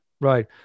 right